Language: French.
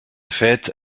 fait